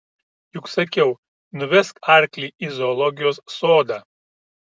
juk sakiau nuvesk arklį į zoologijos sodą